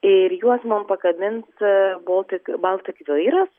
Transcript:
ir juos mum pakamins boltik baltik vairas